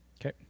Okay